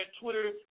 Twitter